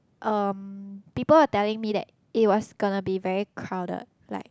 um people are telling me that it was gonna be very crowded like